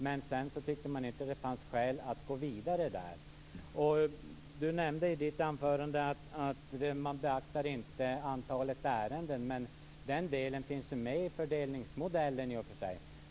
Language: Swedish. Men sedan tyckte man inte att det fanns skäl att gå vidare i fråga om detta. Kenneth Lantz nämnde i sitt anförande att man inte beaktar antalet ärenden, men den delen finns ju i och för sig med i fördelningsmodellen.